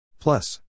Plus